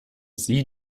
sie